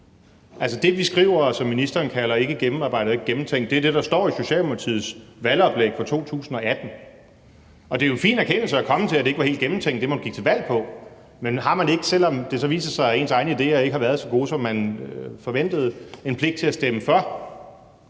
Det, vi skriver, og som ministeren kalder ikkegennemarbejdet og ikkegennemtænkt, er det, der står i Socialdemokratiets valgoplæg fra 2018. Det er jo en fin erkendelse at komme til, nemlig at det, man gik til valg på, ikke var helt gennemtænkt. Men har man ikke, selv om det viser sig, at ens egne idéer ikke har været så gode, som man forventede, en pligt til at stemme for,